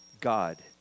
God